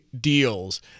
deals